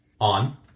On